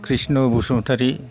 Krishna Basumatary